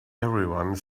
everyone